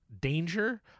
danger